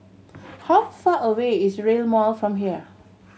how far away is Rail Mall from here